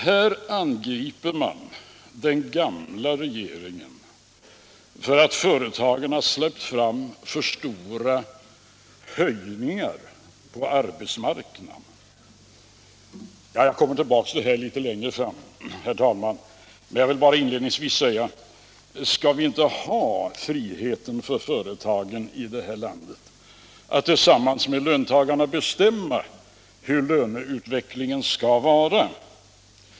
Här angriper man den gamla regeringen för att företagen har släppt fram för stora löneökningar på arbetsmarknaden. Jag kommer tillbaka till detta litet längre fram, herr talman, men jag vill bara inledningsvis säga: Skall vi inte ha friheten för företagen i det här landet att tillsammans med löntagarna bestämma hur löneutvecklingen skall vara?